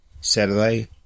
Saturday